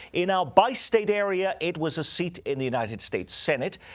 in our bi-state area, it was a seat in the united states senate.